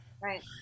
right